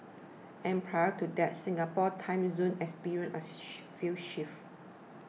and prior to that Singapore's time zone experienced a few shifts